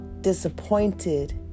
disappointed